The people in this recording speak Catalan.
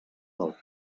del